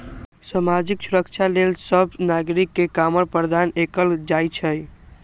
सामाजिक सुरक्षा लेल सभ नागरिक के कवर प्रदान कएल जाइ छइ